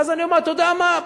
אז אני אומר: אתה יודע מה?